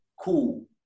cool